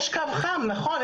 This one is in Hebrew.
יש קו חם נכון,